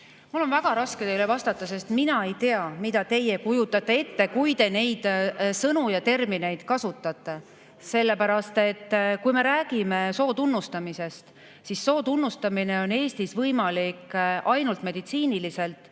Mul on väga raske teile vastata, sest mina ei tea, mida teie kujutate ette, kui te neid sõnu ja termineid kasutate. Kui me räägime soo tunnustamisest, siis soo tunnustamine on Eestis võimalik ainult meditsiiniliselt.